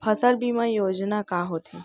फसल बीमा योजना का होथे?